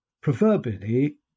proverbially